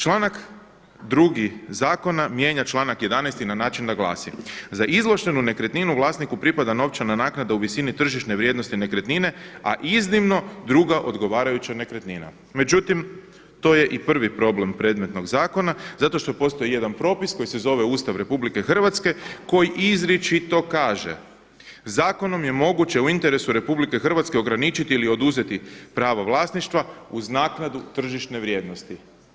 Članak 2. zakona mijenja članak 11. na način da glasi: „za izvlaštenu nekretninu vlasniku pripada novčana naknada u visini tržišne vrijednosti nekretnine, a iznimno druga odgovarajuće nekretnina“, međutim to je i prvi problem predmetnog zakona zato što postoji jedan propis koji se zove Ustav RH koji izričito kaže „Zakonom je moguće u interesu RH ograničiti ili oduzeti pravo vlasništva uz naknadu tržišne vrijednosti“